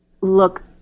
look